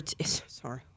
Sorry